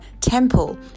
temple